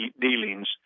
dealings